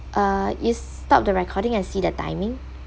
uh you stop the recording and see the timing